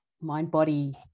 mind-body